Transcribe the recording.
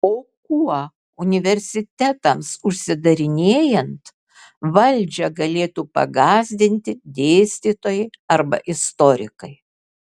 o kuo universitetams užsidarinėjant valdžią galėtų pagąsdinti dėstytojai arba istorikai